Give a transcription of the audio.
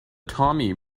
tommy